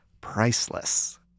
priceless